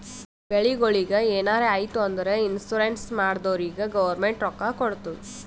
ಬೆಳಿಗೊಳಿಗ್ ಎನಾರೇ ಆಯ್ತು ಅಂದುರ್ ಇನ್ಸೂರೆನ್ಸ್ ಮಾಡ್ದೊರಿಗ್ ಗೌರ್ಮೆಂಟ್ ರೊಕ್ಕಾ ಕೊಡ್ತುದ್